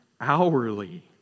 hourly